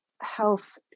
health